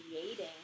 creating